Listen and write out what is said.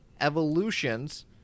Evolutions